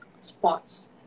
sports